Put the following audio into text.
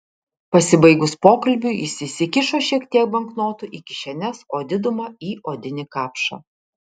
pasibaigus pokalbiui jis įsikišo šiek tiek banknotų į kišenes o didumą į odinį kapšą